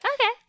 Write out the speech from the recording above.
Okay